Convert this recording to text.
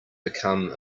become